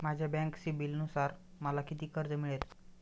माझ्या बँक सिबिलनुसार मला किती कर्ज मिळेल?